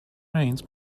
rains